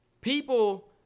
people